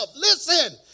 Listen